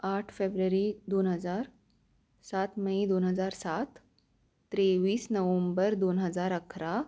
आठ फेब्ररी दोन हजार सात मई दोन हजार सात तेवीस नवंबर दोन हजार अकरा